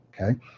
okay